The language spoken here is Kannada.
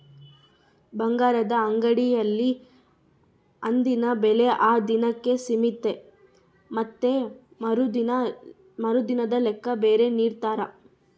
ಬಂಗಾರದ ಅಂಗಡಿಗಳಲ್ಲಿ ಅಂದಿನ ಬೆಲೆ ಆ ದಿನಕ್ಕೆ ಸೀಮಿತ ಮತ್ತೆ ಮರುದಿನದ ಲೆಕ್ಕ ಬೇರೆ ನಿಡ್ತಾರ